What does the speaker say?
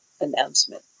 announcement